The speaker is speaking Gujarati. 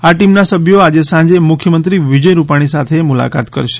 આ ટીમના સભ્યો આજે સાંજે મુખ્યમંત્રી વિજય રૂપાણી સાથે મુલાકાત કરશે